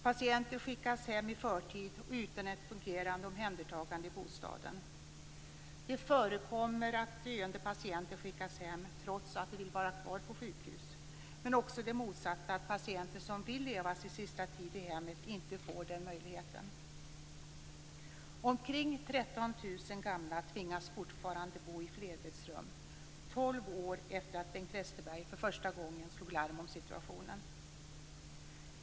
Patienter skickas hem i förtid och utan ett fungerande omhändertagande i bostaden. Det förekommer att döende patienter skickas hem, trots att de vill vara kvar på sjukhus. Också det motsatta förekommer. Patienter som vill leva sin sista tid i hemmet får inte den möjligheten. Omkring 13 000 gamla tvingas fortfarande bo i flerbäddsrum, tolv år efter det att Bengt Westerberg för första gången slog larm om situationen.